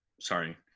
Sorry